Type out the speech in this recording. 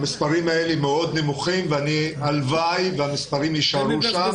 המספרים האלה מאוד נמוכים והלוואי והמספרים יישארו כאלה.